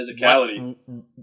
physicality